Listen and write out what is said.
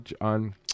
on